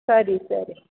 ಸರಿ ಸರಿ